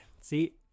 See